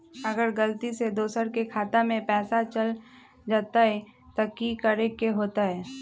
अगर गलती से दोसर के खाता में पैसा चल जताय त की करे के होतय?